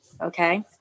okay